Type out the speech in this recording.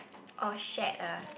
oh shared ah